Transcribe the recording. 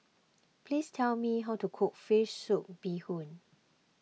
please tell me how to cook Fish Soup Bee Hoon